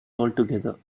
altogether